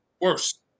worse